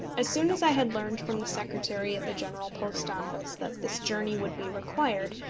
as soon as i had learned from the secretary at the general post office that this journey would be required,